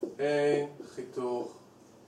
אין חיתוך